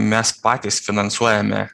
mes patys finansuojame